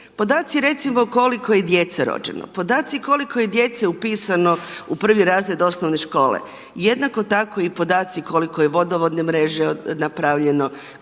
Podaci recimo koliko je djece rođeno, podaci koliko je djece upisano u prvi razred osnovne škole. Jednako tako i podaci koliko je vodovodne mreže napravljeno,